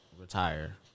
retire